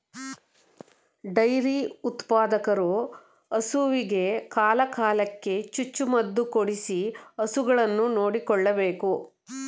dairy ಉತ್ಪಾದಕರು ಹಸುವಿಗೆ ಕಾಲ ಕಾಲಕ್ಕೆ ಚುಚ್ಚು ಮದುಕೊಡಿಸಿ ಹಸುಗಳನ್ನು ನೋಡಿಕೊಳ್ಳಬೇಕು